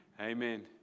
Amen